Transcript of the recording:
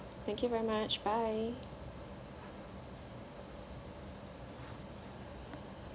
thank you very much bye